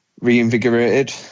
reinvigorated